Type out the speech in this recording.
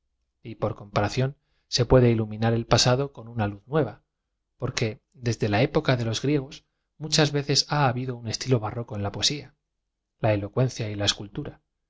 y por comparación ae puede iluminar el pasado con una luz nueva porque desde la época de los griegos muchas veces ha habido un estilo barroco en la poesía ja elocuencia y la escultu